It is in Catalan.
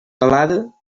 calada